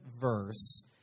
verse